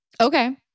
Okay